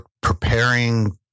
preparing